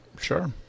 sure